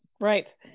Right